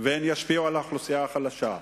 וישפיעו על האוכלוסייה החלשה.